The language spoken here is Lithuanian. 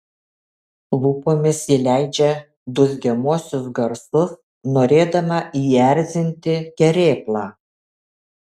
lūpomis ji leidžia dūzgiamuosius garsus norėdama įerzinti kerėplą